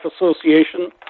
Association